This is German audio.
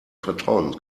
vertrauen